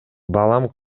балам